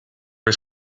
his